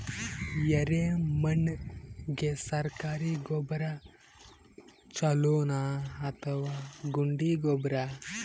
ಎರೆಮಣ್ ಗೆ ಸರ್ಕಾರಿ ಗೊಬ್ಬರ ಛೂಲೊ ನಾ ಅಥವಾ ಗುಂಡಿ ಗೊಬ್ಬರ?